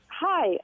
Hi